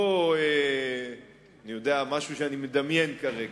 אני יודע, זה לא משהו שאני מדמיין כרגע.